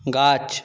গাছ